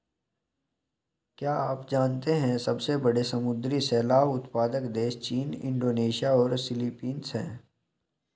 क्या आप जानते है सबसे बड़े समुद्री शैवाल उत्पादक देश चीन, इंडोनेशिया और फिलीपींस हैं?